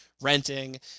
renting